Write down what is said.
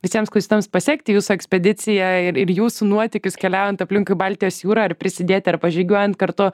visiems klausytojams pasekti jūsų ekspediciją ir ir jūsų nuotykius keliaujant aplinkui baltijos jūrą ar prisidėti arba žygiuojant kartu